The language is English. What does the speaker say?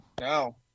No